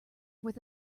worth